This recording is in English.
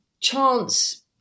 chance